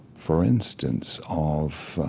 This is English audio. for instance, of